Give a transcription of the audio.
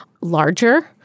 larger